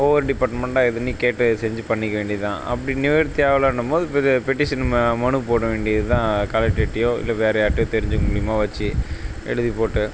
ஒவ்வொரு டிப்பார்ட்மெண்ட்டாக இது பண்ணி கேட்டு செஞ்சு பண்ணிக்க வேண்டியை தான் அப்படி நிவர்த்தி ஆகலன்னும் போது இப்போ இது பெட்டிஷன் ம மனு போட வேண்டிய தான் கலெக்டர்ட்டையோ இல்லை வேறு யார்ட்டையோ தெரிஞ்சவங்க மூலிமா வச்சு எழுதிப்போட்டு